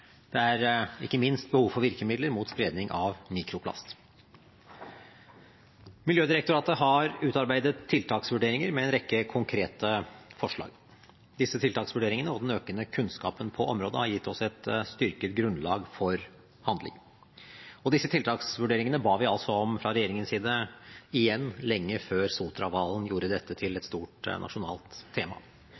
Det er ikke minst behov for virkemidler mot spredning av mikroplast. Miljødirektoratet har utarbeidet tiltaksvurderinger med en rekke konkrete forslag. Disse tiltaksvurderingene og den økende kunnskapen på området har gitt oss et styrket grunnlag for handling. Disse tiltaksvurderingene ba vi altså om fra regjeringens side – igjen – lenge før Sotra-hvalen gjorde dette til et stort nasjonalt tema.